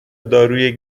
داروی